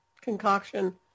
concoction